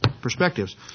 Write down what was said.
perspectives